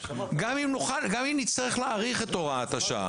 גם אם נצטרך להאריך את הוראת השעה.